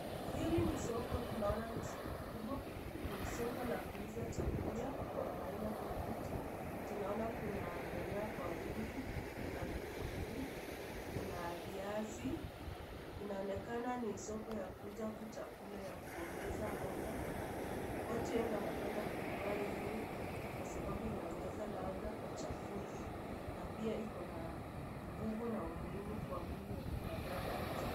Hili ni soko, tunaona ni soko kubwa. Ni soko la kuuza chakula kwa aina tofauti, tunaona kuna nyanya kwa wingi, kuna vitunguu, kuna viazi. Inaonekana ni soko ya kuuza tu chakula ya kuongeza mboga. Watu wengi wanapenda kununua hii kwa sababu inaongeza ladha kwa chakula na pia iko na nguvu na umuhimu kwa mwili ya binadamu.